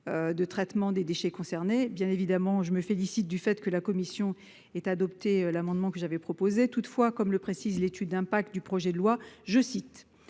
de traitement des déchets concernés ». Bien évidemment, je me félicite du fait que la commission ait adopté l'amendement que j'avais proposé. Toutefois, comme il est précisé dans l'étude d'impact du projet de loi, «